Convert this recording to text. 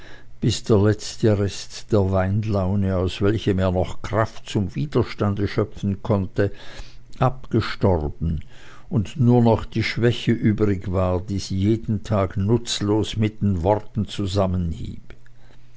bis der letzte rest der weinlaune aus welchem er noch kraft zum widerstande schöpfen konnte abgestorben und nur noch die schwäche übrig war die sie jeden tag nutzlos mit worten